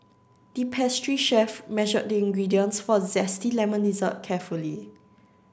the pastry chef measured the ingredients for a zesty lemon dessert carefully